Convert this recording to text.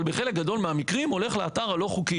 אבל בחלק גדול מהמקרים הולך לאתר הלא חוקי.